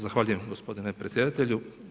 Zahvaljujem gospodine predsjedatelju.